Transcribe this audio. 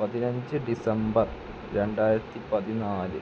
പതിനഞ്ച് ഡിസംബര് രണ്ടായിരത്തി പതിനാല്